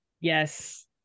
yes